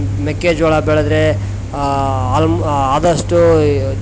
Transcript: ಮೆಕ್ಕೆಜೋಳ ಬೆಳದ್ರೆ ಆಲ್ಮ್ ಆದಷ್ಟು